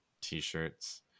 T-shirts